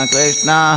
Krishna